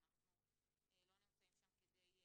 ואנחנו לא נמצאים שם כדי לעזור.